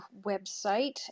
website